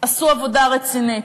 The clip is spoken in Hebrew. עשו עבודה רצינית,